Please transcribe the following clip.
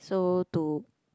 so to